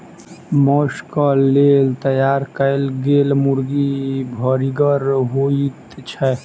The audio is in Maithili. मौसक लेल तैयार कयल गेल मुर्गी भरिगर होइत छै